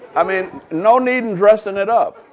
i mean, no need in dressing it up.